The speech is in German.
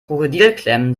krokodilklemmen